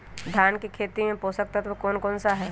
धान की खेती में पोषक तत्व कौन कौन सा है?